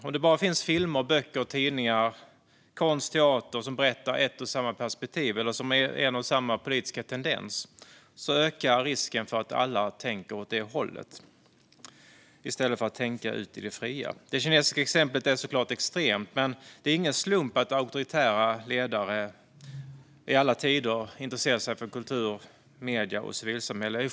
Om det bara finns filmer, böcker, tidningar, konst och teater som berättar ett och samma perspektiv eller som har en och samma politiska tendens ökar risken för att alla tänker åt det hållet i stället för att tänka ut i det fria. Det kinesiska exemplet är såklart extremt, men det är ingen slump att auktoritära ledare i alla tider har intresserat sig för kultur, medier och civilsamhälle.